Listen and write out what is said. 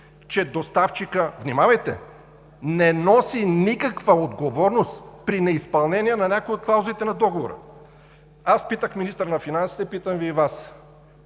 че доставчикът, внимавайте, не носи никаква отговорност при неизпълнение на някои от клаузите на договора. Аз питах министъра на финансите, питам Ви и Вас: